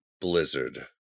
Blizzard